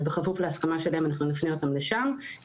אז בכפוף להסכמה שלהם אנחנו נפנה אותם לשם.